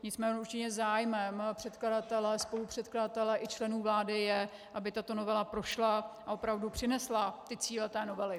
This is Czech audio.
Nicméně zájmem předkladatele, spolupředkladatele i členů vlády je, aby tato novela prošla a opravdu přinesla ty cíle té novely.